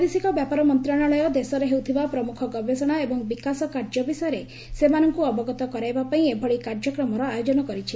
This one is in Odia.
ବୈଦେଶିକ ବ୍ୟାପାର ମନ୍ତ୍ରଣାଳୟ ଦେଶରେ ହେଉଥିବା ପ୍ରମୁଖ ଗବେଷଣା ଏବଂ ବିକାଶ କାର୍ଯ୍ୟ ବିଷୟରେ ସେମାନଙ୍କୁ ଅବଗତ କରାଇବା ପାଇଁ ଏଭଳି କାର୍ଯ୍ୟକ୍ମର ଆୟୋଜନ କରିଛି